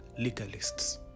Legalists